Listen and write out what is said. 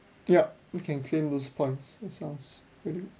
yup you can claim those points that sounds really